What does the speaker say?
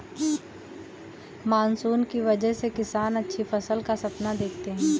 monsoon की वजह से किसान अच्छी फसल का सपना देखते हैं